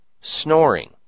snoring